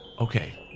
Okay